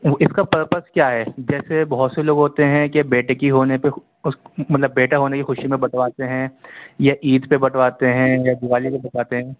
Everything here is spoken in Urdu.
اس کا پرپز کیا ہے جیسے بہت سے لوگ ہوتے ہیں کہ بیٹے کی ہونے پہ مطلب بیٹا ہونے کی خوشی میں بنٹواتے ہیں یا عید پہ بنٹواتے ہیں یا دیوالی پہ بنٹواتے ہیں